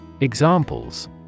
Examples